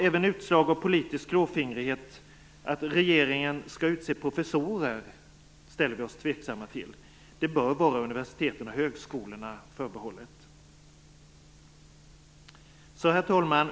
Även den politiska klåfingrigheten att regeringen skall utse professorer ställer vi oss tveksamma till. Detta bör vara universiteten och högskolorna förbehållet.